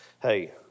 hey